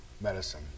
medicine